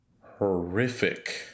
horrific